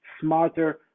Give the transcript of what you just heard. smarter